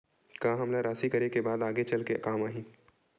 का हमला राशि करे के बाद आगे चल के काम आही?